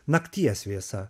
nakties vėsa